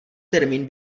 termín